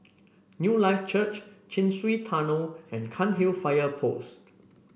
Newlife Church Chin Swee Tunnel and Cairnhill Fire Post